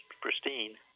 pristine